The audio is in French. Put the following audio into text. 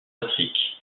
patrick